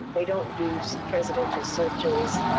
they don't do so presidential searches,